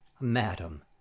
Madam